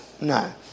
No